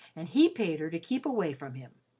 and he paid her to keep away from him.